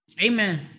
Amen